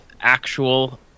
actual